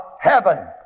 heaven